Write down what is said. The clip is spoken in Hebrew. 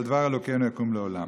אבל דבר אלוקינו יקום לעולם.